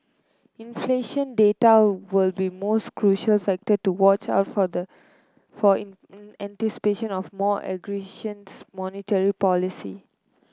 inflation data will be most crucial factor to watch out for the for anticipation of more aggressions monetary policy